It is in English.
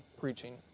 preaching